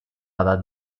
edat